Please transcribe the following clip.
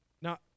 Now